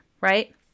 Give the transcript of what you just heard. Right